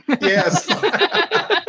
Yes